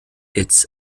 its